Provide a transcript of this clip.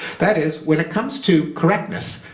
that is, when it comes to correctness,